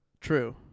True